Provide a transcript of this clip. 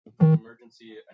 emergency